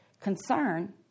concern